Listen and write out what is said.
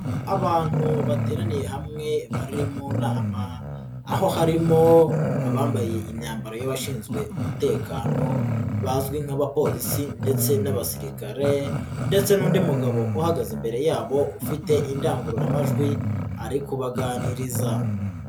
Abantu bateraniye hamwe bari mu nama aho harimo abambaye imyambaro y'abashinzwe umutekano bazwi nk'abapolisi ndetse n'abasirikare ndetse n'undi mugabo uhagaze imbere yabo ufite indangururamajwi ari kubaganiriza.